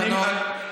זה התקנון, זה התקנון.